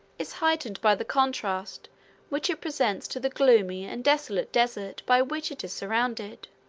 is heightened by the contrast which it presents to the gloomy and desolate desert by which it is surrounded.